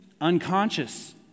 unconscious